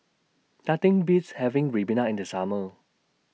Nothing Beats having Ribena in The Summer